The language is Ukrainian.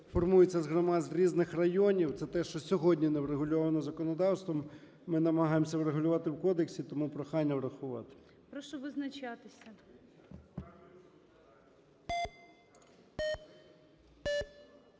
формується з громад різних районів, – це те, що сьогодні не врегульовано законодавством, ми намагаємося врегулювати в кодексі. Тому прохання врахувати. ГОЛОВУЮЧИЙ. Прошу визначатися.